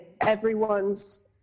everyone's